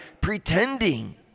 pretending